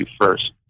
first